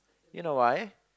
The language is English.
you know why